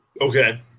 Okay